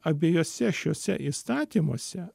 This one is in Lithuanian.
abiejuose šiuose įstatymuose